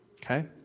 okay